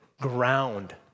ground